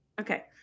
okay